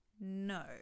no